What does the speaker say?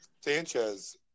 Sanchez